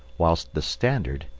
whilst the standard,